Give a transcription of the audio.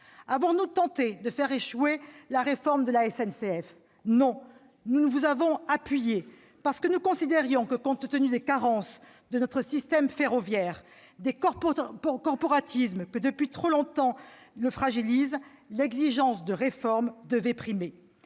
Avons-nous tenté de faire échouer la réforme de la SNCF ? Non : nous avons appuyé le Gouvernement, considérant que, compte tenu des carences de notre système ferroviaire et des corporatismes qui depuis trop longtemps le fragilisent, l'exigence de réforme devait primer.